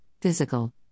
physical